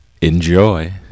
enjoy